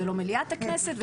זו לא מליאת הכנסת,